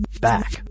back